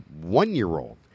one-year-old